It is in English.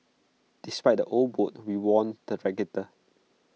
despite the old boat we won the regatta